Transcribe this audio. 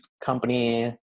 company